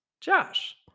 Josh